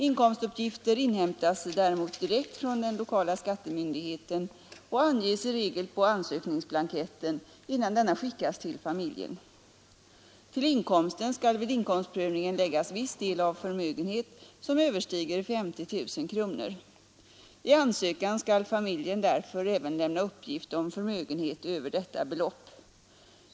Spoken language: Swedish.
Inkomstuppgifter inhämtas däremot direkt från den lokala skattemyndigheten och anges i regel på ansökningsblanketten innan denna skickas till familjen. Till inkomsten skall vid inkomstprövningen läggas viss del av förmögenhet som överstiger 50 000 kronor. I ansökan skall familjen därför även lämna uppgift om förmögenhet över detta belopp.